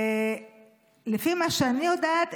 לפי מה שאני יודעת,